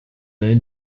and